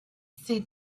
say